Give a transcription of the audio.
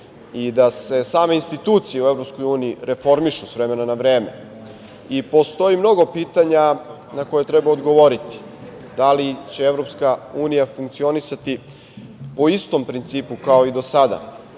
i da se same institucije u EU reformišu s vremena na vreme. Postoji mnogo pitanja na koja treba odgovoriti, da li će EU funkcionisati po istom principu kao i do sada,